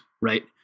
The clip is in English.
right